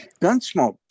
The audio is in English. Gunsmoke